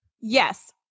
Yes